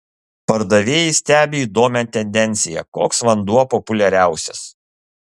pardavėjai stebi įdomią tendenciją koks vanduo populiariausias